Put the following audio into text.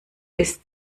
bis